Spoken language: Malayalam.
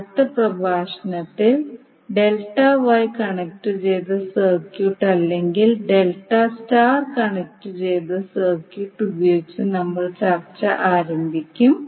അടുത്ത പ്രഭാഷണത്തിൽ ഡെൽറ്റ വൈ കണക്റ്റുചെയ്ത സർക്യൂട്ട് അല്ലെങ്കിൽ ഡെൽറ്റ സ്റ്റാർ കണക്റ്റുചെയ്ത സർക്യൂട്ട് ഉപയോഗിച്ച് നമ്മൾ ചർച്ച ആരംഭിക്കും